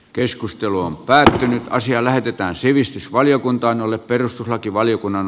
keskustelu on päättynyt asia lähetetään sivistysvaliokuntaan jolle perustuslakivaliokunnan